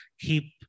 keep